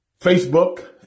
Facebook